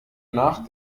nach